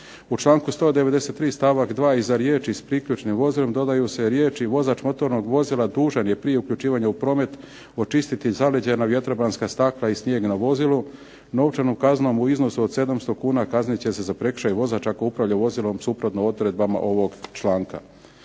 U članku 193. stavak 2. iza riječi s priključnim vozilom dodaju se riječi vozač motornog vozila dužan je prije uključivanja u promet očistiti zaleđena vjetrobranska stakla i snijeg na vozilu novčanom kaznom u iznosu od 700 kuna kaznit će se za prekršaj vozač ako upravlja vozilom suprotno odredbama ovog članka.